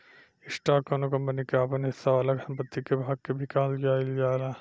stock कौनो company के आपन हिस्सा वाला संपत्ति के भाग के भी कहल जाइल जाला